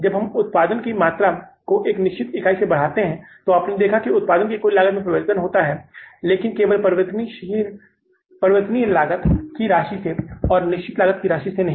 जब हम उत्पादन की मात्रा को एक इकाई बढ़ाते हैं तो आपने देखा है कि उत्पादन की कुल लागत में परिवर्तन होता है लेकिन केवल परिवर्तनीय लागत की राशि से और निर्धारित लागत की राशि से नहीं